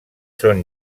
són